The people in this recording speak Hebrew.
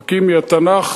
פרקים מהתנ"ך,